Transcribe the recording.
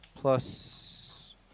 Plus